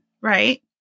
right